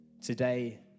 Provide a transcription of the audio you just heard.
today